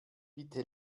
bitte